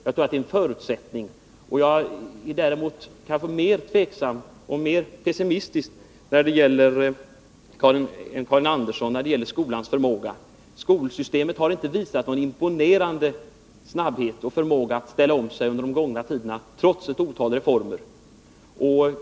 Däremot är jag mer tveksam och kanske mer pessimistisk än Karin Andersson när det gäller den nuvarande skolans förmåga. Man har inom skolsystemet inte visat någon imponerande snabbhet och förmåga att ställa om sig under den gångna tiden, trots ett otal reformer.